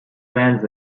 lands